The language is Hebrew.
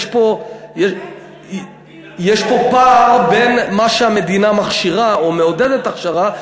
יש פה פער בין מה שהמדינה מכשירה או מעודדת הכשרה,